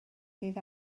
sydd